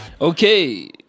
Okay